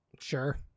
Sure